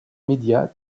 médias